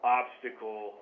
obstacle